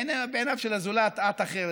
בעיניו של הזולת את אחרת,